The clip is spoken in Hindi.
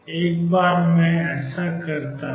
एक बार मैं ऐसा करता हूं